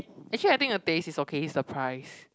actually I think the taste is okay is the price